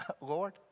Lord